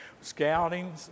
Scouting